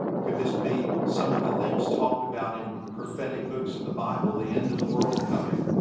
could this be some of the things talked about in prophetic books of the bible, the end of the world coming?